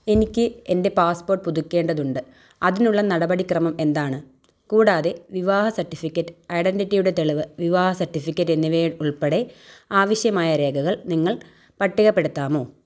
എനിക്ക് എന്റെ പാസ്പ്പോട്ട് പുതുക്കേണ്ടതുണ്ട് അതിനുള്ള നടപടിക്രമം എന്താണ് കൂടാതെ വിവാഹ സർട്ടിഫിക്കറ്റ് ഐഡൻറ്റിറ്റിയുടെ തെളിവ് വിവാഹ സർട്ടിഫിക്കറ്റെന്നിവയുൾപ്പെടെ ആവശ്യമായ രേഖകൾ നിങ്ങൾ പട്ടികപ്പെടുത്താമോ